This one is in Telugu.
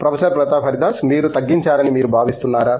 ప్రొఫెసర్ ప్రతాప్ హరిదాస్ మీరు తగ్గించారని మీరు భావిస్తున్నారు